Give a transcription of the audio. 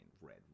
red